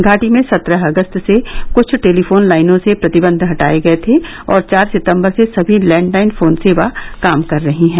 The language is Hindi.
घाटी में सत्रह अगस्त से कुछ टेलीफोन लाइनों से प्रतिबंध हटाए गए थे और चार सितम्बर से सभी लैंडलाइन फोन सेवा काम कर रही है